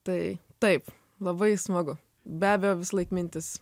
tai taip labai smagu be abejo visąlaik mintis